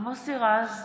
מוסי רז,